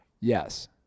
Yes